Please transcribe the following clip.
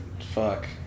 Fuck